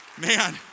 Man